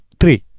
three